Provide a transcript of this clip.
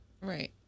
Right